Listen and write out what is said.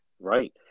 Right